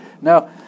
Now